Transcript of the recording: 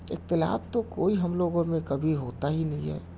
اختلاف تو کوئی ہم لوگوں میں کبھی ہوتا ہی نہیں ہے